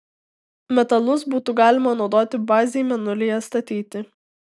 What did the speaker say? metalus būtų galima naudoti bazei mėnulyje statyti